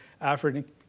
African